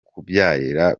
kubyarira